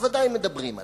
בוודאי מדברים עליו.